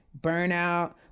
burnout